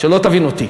שלא תבין אותי,